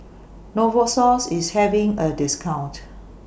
Novosource IS having A discount